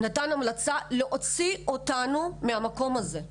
והוא נתן המלצה להוציא אותנו מהמקום הזה.